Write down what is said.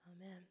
Amen